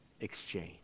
exchange